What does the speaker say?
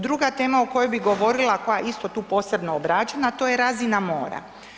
Druga tema o kojoj bih govorila koja je isto tu posebno obrađena, to je razina mora.